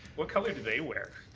what colour do they wear?